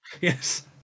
yes